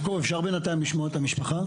יעקב, אפשר בינתיים לשמוע את המשפחות?